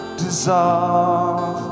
dissolve